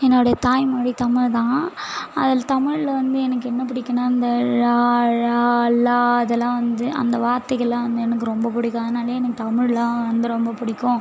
என்னோடைய தாய்மொழி தமிழ் தான் அதில் தமிழில் வந்து எனக்கு என்ன பிடிக்குன்னா இந்த ழா ழா ளா அதெல்லாம் வந்து அந்த வார்த்தைகள் எல்லாம் வந்து எனக்கு ரொம்ப பிடிக்கும் அதனாலே எனக்கு தமிழ் எல்லாம் வந்து ரொம்ப பிடிக்கும்